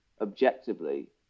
objectively